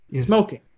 smoking